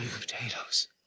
Potatoes